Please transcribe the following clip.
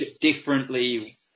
differently